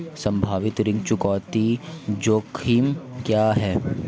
संभावित ऋण चुकौती जोखिम क्या हैं?